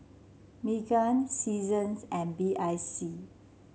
Megan Seasons and B I C